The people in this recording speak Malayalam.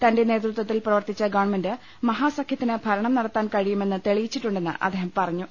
തന്റെ നേതൃത്വത്തിൽ പ്രവർത്തിച്ച ഗവൺമെന്റ് മഹാസഖ്യത്തിന് ഭരണം നടത്താൻ കഴി യുമെന്ന് തെളിയിച്ചിട്ടുണ്ടെന്ന് അദ്ദേഹം പറഞ്ഞു